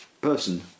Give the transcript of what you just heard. person